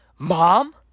Mom